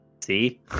See